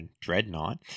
Dreadnought